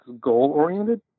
goal-oriented